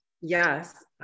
yes